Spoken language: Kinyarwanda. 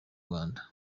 rwanda